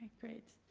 great.